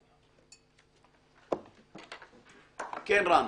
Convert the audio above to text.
כן, בבקשה.